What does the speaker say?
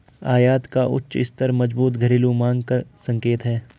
आयात का उच्च स्तर मजबूत घरेलू मांग का संकेत है